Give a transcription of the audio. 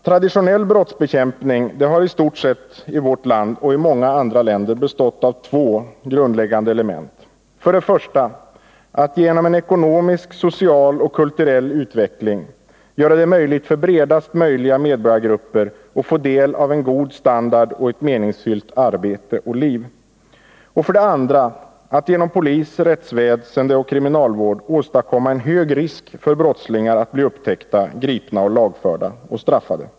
Traditionell brottsbekämpning har i vårt land och i många andra länder i stort sett bestått av två grundläggande element: för det första att genom en ekonomisk, social och kulturell utveckling göra det möjligt för bredast möjliga medborgargrupper att få del av god standard och meningsfyllt arbete och liv, för det andra att genom polis, rättsväsende och kriminalvård åstadkomma en hög risk för brottslingar att bli upptäckta, gripna, lagförda och straffade.